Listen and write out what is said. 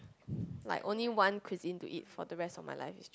like one only cuisine to eat for the rest of my life